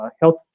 health